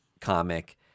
comic